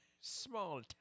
Small